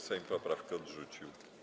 Sejm poprawkę odrzucił.